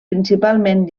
principalment